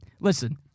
Listen